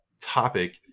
topic